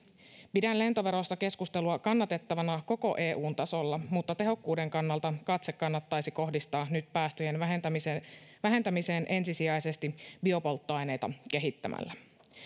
pidän lentoverosta keskustelua kannatettavana koko eun tasolla mutta tehokkuuden kannalta katse kannattaisi kohdistaa nyt päästöjen vähentämiseen vähentämiseen ensisijaisesti biopolttoaineita kehittämällä